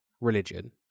religion